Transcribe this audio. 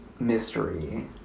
Mystery